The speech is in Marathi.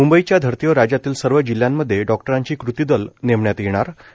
मूंबईच्या धर्तीवर राज्यातील सर्व जिल्ह्यांमध्य डॉक्टरांची कृती दल नम्मण्यात यप्तार